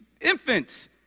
infants